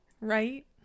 Right